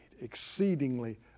exceedingly